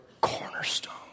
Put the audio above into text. Cornerstone